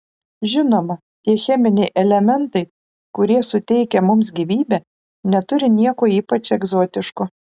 žinoma tie cheminiai elementai kurie suteikia mums gyvybę neturi nieko ypač egzotiško